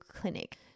clinic